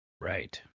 right